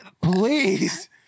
please